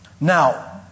now